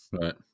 Right